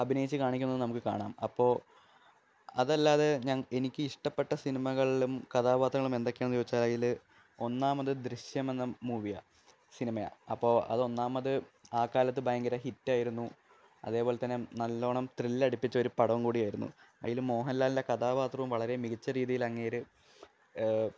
അഭിനയിച്ച് കാണിക്കുന്നത് നമുക്ക് കാണാം അപ്പോൾ അതല്ലാതെ എനിക്ക് ഇഷ്ടപ്പെട്ട സിനിമകളിലും കഥാപാത്രങ്ങൾ എന്തൊക്കെയാണ് എന്നു ചോദിച്ചാൽ അതിൽ ഒന്നാമത് ദൃശ്യം എന്ന മൂവിയാണ് സിനിമിയാണ് അപ്പോൾ അതൊന്നാമത് ആക്കാലത്ത് ഭയങ്കര ഹിറ്റായിരുന്നു അതേ പോലെ തന്നെ നല്ലവണ്ണം ത്രില്ലടിപ്പിച്ച ഒരു പടവും കൂടിയായിരുന്നു അതിൽ മോഹൻലാലിൻ്റെ കഥാപത്രവും വളരെ മികച്ച രീതിയിൽ അങ്ങേര്